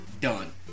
done